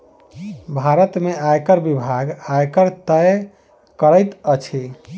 भारत में आयकर विभाग, आयकर तय करैत अछि